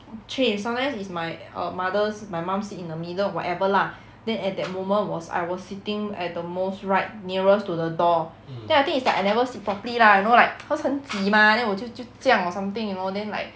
change sometimes is my uh mother s~ my mum sit in the middle whatever lah then at that moment was I was sitting at the most right nearest to the door then I think it's like I never sit properly lah you know like cause 很挤 mah then 我就就这样 or something you know then like